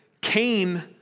Cain